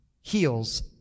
heals